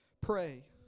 pray